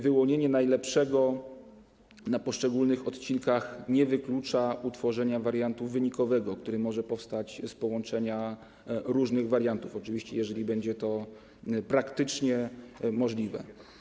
Wyłonienie najlepszego wariantu na poszczególnych odcinkach nie wyklucza utworzenia wariantu wynikowego, który może powstać z połączenia różnych wariantów, oczywiście jeżeli będzie to praktycznie możliwe.